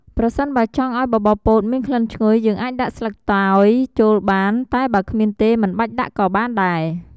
ប្រសិនបើចង់ឱ្យបបរពោតមានក្លិនឈ្ងុយ យើងអាចដាក់ស្លឹកតើយចូលបាន តែបើគ្មានទេមិនបាច់ដាក់ក៏បានដែរ។